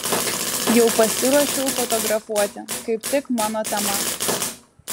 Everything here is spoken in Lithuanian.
jau pasiruošiau fotografuoti kaip tik mano tema